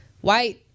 white